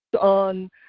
on